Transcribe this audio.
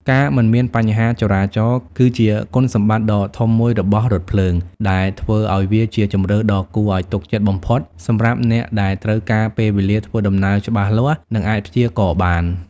ការមិនមានបញ្ហាចរាចរណ៍ គឺជាគុណសម្បត្តិដ៏ធំមួយរបស់រថភ្លើង ដែលធ្វើឱ្យវាជាជម្រើសដ៏គួរឱ្យទុកចិត្តបំផុតសម្រាប់អ្នកដែលត្រូវការពេលវេលាធ្វើដំណើរច្បាស់លាស់ និងអាចព្យាករណ៍បាន។